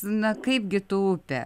na kaipgi tu upę